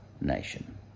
nation